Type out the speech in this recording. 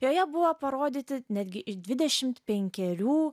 joje buvo parodyti netgi iš dvidešimt penkerių